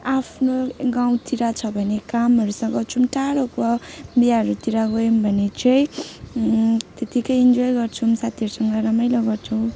आफ्नै गाउँतिर छ भने कामहरू सघाउँछौँ टाढोको बिहारूतिर गयौँ भने चाहिँ त्यतिकै इन्जोय गर्छौँ साथीहरूसँग रमाइलो गर्छौँ